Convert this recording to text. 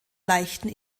leichten